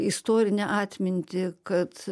istorinę atmintį kad